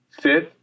Fifth